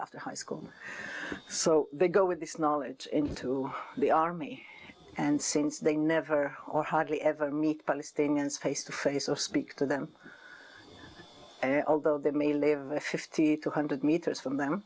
after high school so they go with this knowledge into the army and since they never or hardly ever meet palestinians face to face or speak to them although they may live a fifty two hundred meters from them